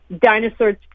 dinosaurs